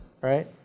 right